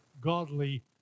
godly